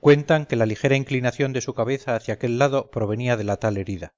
cuentan que la ligera inclinación de su cabeza hacia aquel lado provenía de la tal herida